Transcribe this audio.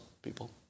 People